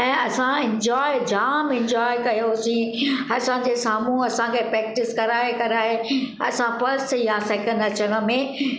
ऐं असां इंजॉय जाम इंजॉय कयोसीं असां जे साम्हूं असांखे प्रैक्टिस कराइ कराइ असां फर्स्ट या सेकंड अचनि मेंं